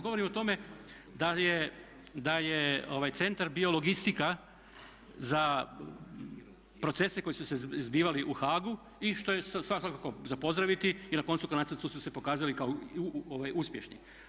Govorim o tome da je centar bio logistika za procese koji su se zbivali u Haagu i što je svakako za pozdraviti i na koncu konaca tu se pokazali kao uspješni.